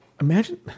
imagine